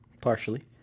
Partially